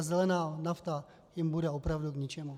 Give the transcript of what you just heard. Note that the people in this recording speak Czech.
Zelená nafta jim bude opravdu k ničemu.